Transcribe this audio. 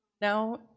Now